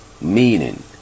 meaning